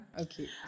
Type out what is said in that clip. okay